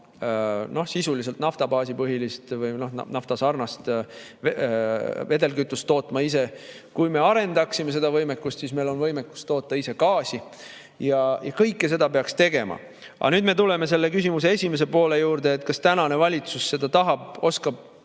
oma sisuliselt naftapõhist või naftasarnast vedelkütust ise tootma. Kui me arendaksime seda võimekust, siis meil on võimekus toota ise gaasi. Ja kõike seda peaks tegema. Aga nüüd me tuleme selle küsimuse esimese poole juurde, et kas tänane valitsus tahab, oskab,